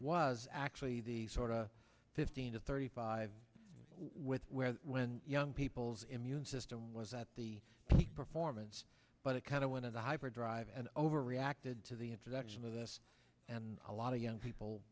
was actually the sort of fifteen to thirty five with where when young people's immune system was at the peak performance but it kind of went on the hyper drive and over reacted to the introduction of us and a lot of young people